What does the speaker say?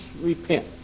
repent